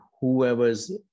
whoever's